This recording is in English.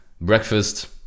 breakfast